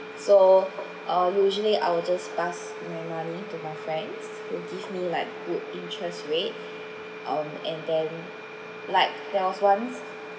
so um usually I will just pass my money to my friends who give me like good interest rate um and then like there was once